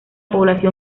población